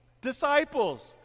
disciples